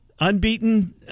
Unbeaten